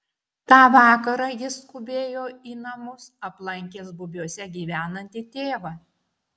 tą vakarą jis skubėjo į namus aplankęs bubiuose gyvenantį tėvą